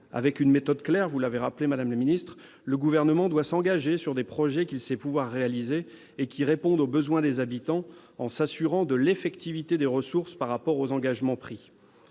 Avec une méthode claire, vous l'avez rappelé, madame la ministre, le Gouvernement doit s'engager sur des projets qu'il sait pouvoir réaliser et qui répondent aux besoins des habitants, en s'assurant de l'effectivité des ressources par rapport aux engagements pris.